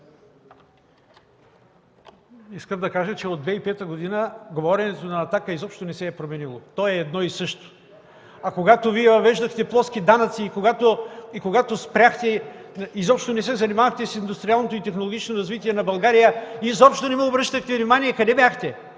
Искам да кажа, че от 2005 г. говоренето на „Атака” изобщо не се е променило – то е едно и също. А когато Вие въвеждахте плоски данъци и когато спряхте, изобщо не се занимавахте с индустриалното и технологично развитие на България, изобщо не ни обръщахте внимание, къде бяхте?!